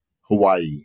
Hawaii